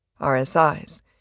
RSIs